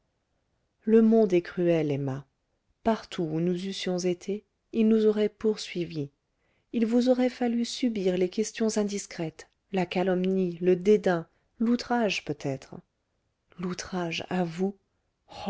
le monde est cruel emma partout où nous eussions été il nous aurait poursuivis il vous aurait fallu subir les questions indiscrètes la calomnie le dédain l'outrage peut-être l'outrage à vous